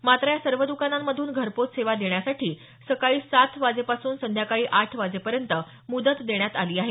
मात्र या सर्व दुकानांमधून घरपोच सेवा देण्यासाठी सकाळी सात वाजेपासून संध्याकाळी आठ वाजेपर्यंत मुदत देण्यात आली आहे